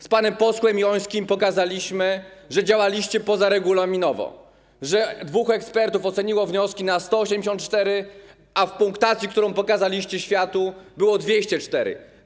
Z panem posłem Jońskim pokazaliśmy, że działaliście poza regulaminowo, że dwóch ekspertów oceniło wnioski na 184, a w punktacji, którą pokazaliście światu, było 204.